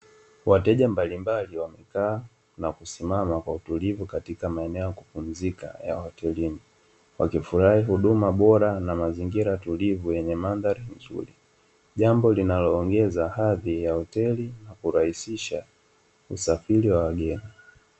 Wateja mbalimbali wamekaa na kusimama kwa utulivu katika maeneo ya kupumzika ya hotelini. Wakifurahi huduma bora na mazingira tulivu yenye mandhari nzuri, jambo linaloongeza hadhi ya hoteli, na kurahisisha usafiri wa wageni.